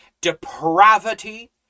Depravity